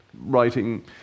writing